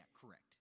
correct